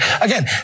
Again